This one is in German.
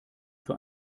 für